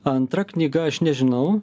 antra knyga aš nežinau